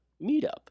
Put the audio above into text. meetup